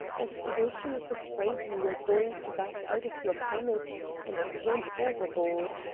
as though she was afraid you were going to back out of your promise and jump overboard.